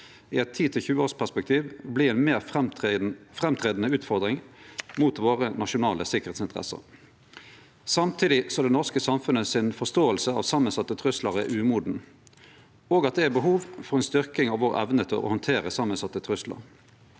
i eit 10–20-årsperspektiv vert ei meir framståande utfordring for våre nasjonale sikkerheitsinteresser, samtidig som det norske samfunnet si forståing av samansette truslar er umoden, og at det er behov for ei styrking av evna vår til å handtere samansette truslar.